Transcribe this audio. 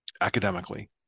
academically